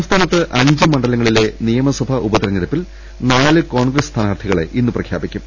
സംസ്ഥാനത്ത് അഞ്ച് മണ്ഡലങ്ങളിലെ നിയമസഭാ ഉപതെ രഞ്ഞെടുപ്പിൽ നാല് കോൺഗ്രസ് സ്ഥാനാർത്ഥികളെ ഇന്ന് പ്രഖ്യാപിക്കും